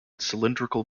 cylindrical